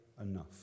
enough